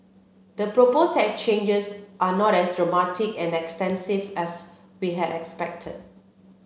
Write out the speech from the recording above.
the proposed changes are not as dramatic and extensive as we had expected